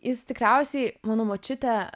jis tikriausiai mano močiutė